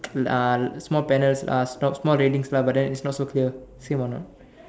uh small banners uh not small readings lah but then it's not so clear same or not